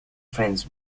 friends